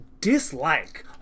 dislike